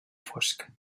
fosc